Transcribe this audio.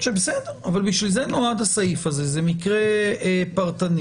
בשביל זה נועד הסעיף הזה, זה מקרה פרטני.